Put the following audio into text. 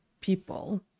people